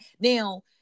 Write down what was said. Now